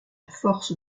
force